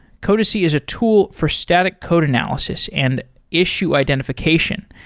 codacy is a tool for static code analysis and issue identification.